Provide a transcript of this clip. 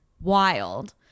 wild